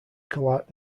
clerk